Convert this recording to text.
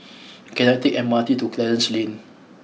can I take the M R T to Clarence Lane